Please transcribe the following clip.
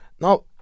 Now